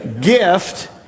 gift